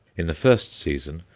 in the first season,